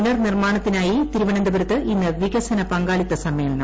പുനർനിർമ്മാണത്തിനായി തിരുവനന്തപുരത്ത് ഇന്ന് വികസന പങ്കാളിത്ത സമ്മേളനം